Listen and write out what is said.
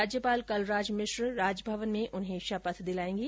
राज्यपाल कलराज मिश्र राजभवने में उन्हें शपथ दिलायेंगे